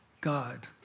God